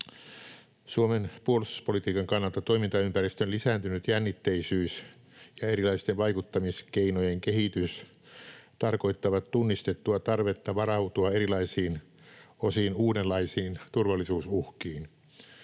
Suomen puolustuspolitiikan kannalta toimintaympäristön lisääntynyt jännitteisyys ja erilaisten vaikuttamiskeinojen kehitys tarkoittavat tunnistettua tarvetta varautua erilaisiin, osin uudenlaisiin turvallisuusuhkiin.